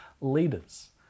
leaders